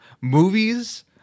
movies